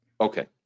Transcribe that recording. Okay